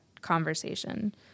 conversation